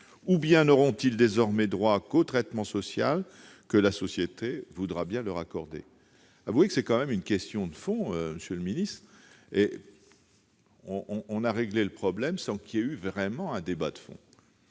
ou bien n'auront-ils désormais droit qu'au traitement social que la société voudra bien leur accorder ? Avouez que c'est tout de même une question de fond, monsieur le ministre, et que l'on a réglé le problème sans véritable débat de fond